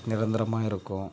நிரந்தரமாக இருக்கும்